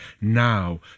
now